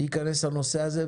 להיכנס לנושא הזה,